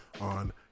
on